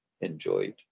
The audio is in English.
enjoyed